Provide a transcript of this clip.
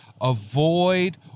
avoid